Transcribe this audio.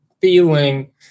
feeling